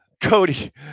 Cody